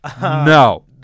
No